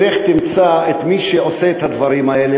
תלך תמצא את מי שעושה את הדברים האלה.